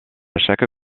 chaque